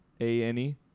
A-N-E